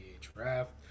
draft